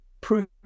prove